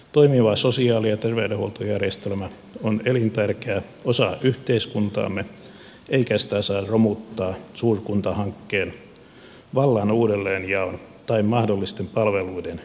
toimiva sosiaali ja terveydenhuoltojärjestelmä on elintärkeä osa yhteiskuntaamme eikä sitä saa romuttaa suurkuntahankkeen vallan uudelleenjaon tai mahdollisten palveluiden yksityistämispyrkimysten takia